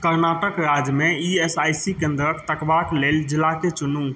कर्नाटक राज्यमे E S I C केन्द्रकेँ तकबाक लेल जिलाकेँ चुनू